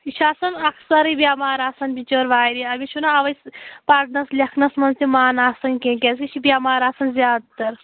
یہِ چھَ آسان اَکثر بیٚمار آسان بِچٲر واریاہ أمِس چھُنہٕ اَوَے پَرنَس لیٚکھنَس منٛز تہِ مَن آسان کیٚنٛہہ کیٛازِکہِ یہِ چھِ بیٚمار آسان زیادٕ تَر